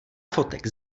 fotek